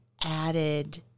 added